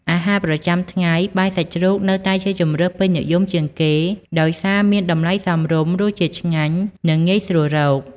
អាហារប្រចាំថ្ងៃ បាយសាច់ជ្រូកនៅតែជាជម្រើសពេញនិយមជាងគេ ដោយសារមានតម្លៃសមរម្យ រសជាតិឆ្ងាញ់ និងងាយស្រួលរក។